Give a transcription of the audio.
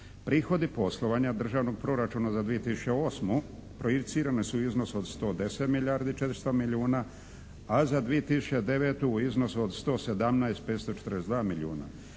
Prihodi poslovanja Državnog proračuna za 2008. projicirane su u iznosu od 110 milijardi 400 milijuna, a za 2009. u iznosu od 117 542 milijuna.